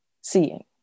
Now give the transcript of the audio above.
seeing